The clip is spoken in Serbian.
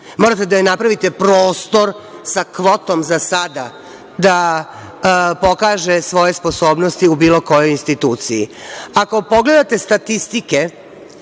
morate da joj napravite prostor sa kvotom za sada da pokaže svoje sposobnosti u bilo kojoj instituciji. Ako pogledate statistike,